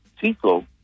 Tico